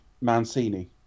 Mancini